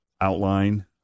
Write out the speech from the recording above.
outline